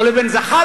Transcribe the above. או לבין זחאלקה,